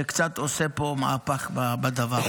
שקצת עושה פה מהפך בדבר,